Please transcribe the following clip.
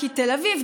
כי תל אביב,